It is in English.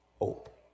hope